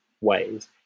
ways